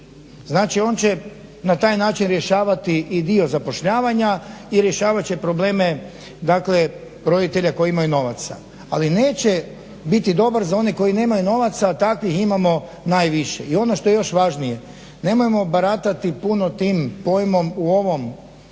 znači on će na taj način rješavati i dio zapošljavanja i rješavat će probleme dakle roditelja koji imaju novaca, ali neće biti dobar za one koji nemaju novaca, a takvih imamo najviše. I ono što je još važnije, nemojmo baratati puno tim pojmom u ovom